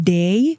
day